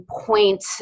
point